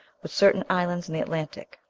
with certain islands in the atlantic.